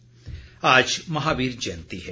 महावीर जयंती आज महावीर जयंती है